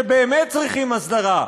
שבאמת צריכים הסדרה,